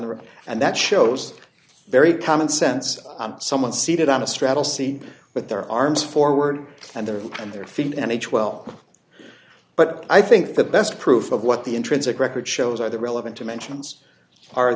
rim and that shows very common sense someone seated on a straddle see with their arms forward and their and their feet and each well but i think the best proof of what the intrinsic record shows are the relevant to mentions are